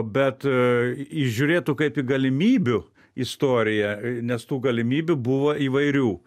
bet į jį žiūrėtų kaip į galimybių istoriją nes tų galimybių buvo įvairių